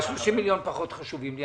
30 מיליון פחות חשובים לי.